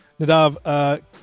Nadav